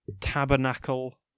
Tabernacle